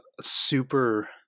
super